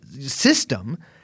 system